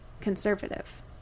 conservative